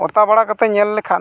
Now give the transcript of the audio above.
ᱚᱛᱟ ᱵᱟᱲᱟ ᱠᱟᱛᱮᱫ ᱧᱮᱞ ᱞᱮᱠᱷᱟᱱ